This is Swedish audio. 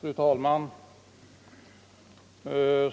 Fru talman!